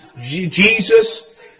Jesus